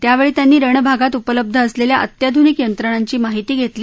यावेळी त्यांनी रण भागात उपलब्ध असलेल्या अत्याधुनिक यंत्रणांची माहिती घेतली